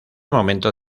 momento